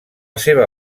seva